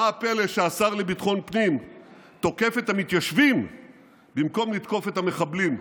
מה הפלא שהשר לביטחון פנים תוקף את המתיישבים במקום לתקוף את המחבלים.